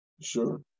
Sure